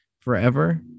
Forever